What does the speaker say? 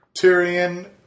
Tyrion